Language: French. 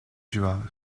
joueurs